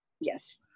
Yes